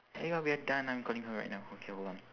eh we are done I'm calling her right now okay hold on